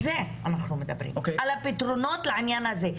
על זה אנחנו מדברים, על הפתרונות לעניין הזה.